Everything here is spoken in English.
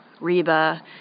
Reba